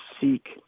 seek